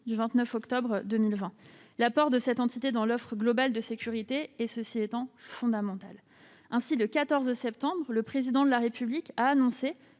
du 29 octobre 2020. L'apport de cette entité dans l'offre globale de sécurité est fondamental. Ainsi, le 14 septembre, le Président de la République a annoncé,